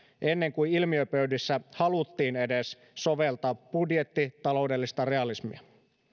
ennen kuin ilmiöpöydissä haluttiin edes soveltaa budjettitaloudellista realismia